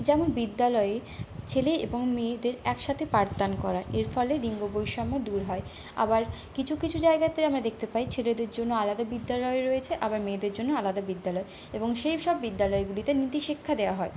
যেমন বিদ্যালয়ে ছেলে এবং মেয়েদের একসাথে পাঠদান করা এর ফলে লিঙ্গ বৈষম্য দূর হয় আবার কিছু কিছু জায়গাতে আমরা দেখতে পাই ছেলেদের জন্য আলাদা বিদ্যালয় রয়েছে আবার মেয়েদের জন্য আলাদা বিদ্যালয় এবং সেই সব বিদ্যালয়গুলিতে নীতিশিক্ষা দেওয়া হয়